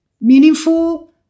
meaningful